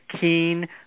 keen